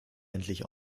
endlich